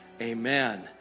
amen